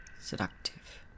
Seductive